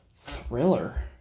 Thriller